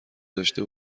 داشته